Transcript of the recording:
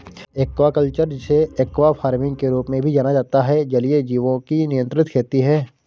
aquaculture, जिसे aqua farming के रूप में भी जाना जाता है, जलीय जीवों की नियंत्रित खेती है